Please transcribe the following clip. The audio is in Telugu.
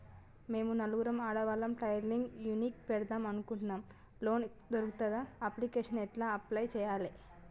మేము నలుగురం ఆడవాళ్ళం టైలరింగ్ యూనిట్ పెడతం మాకు లోన్ దొర్కుతదా? అప్లికేషన్లను ఎట్ల అప్లయ్ చేయాలే?